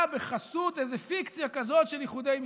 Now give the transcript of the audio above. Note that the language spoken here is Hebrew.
בחסות איזו פיקציה כזאת של איחודי משפחות.